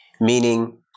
meaning